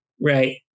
right